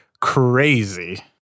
crazy